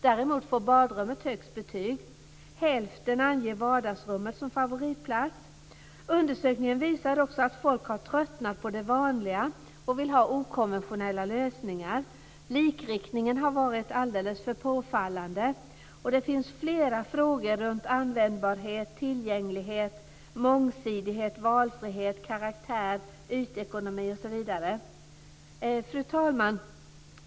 Däremot får badrummet högst betyg. Hälften anger vardagsrummet som favoritplats. Undersökningen visar också att folk har tröttnat på det vanliga och vill ha okonventionella lösningar. Likriktningen har varit alldeles för påfallande. Det finns flera frågor kring användbarhet, tillgänglighet, mångsidighet, valfrihet, karaktär, ytekonomi osv. Fru talman!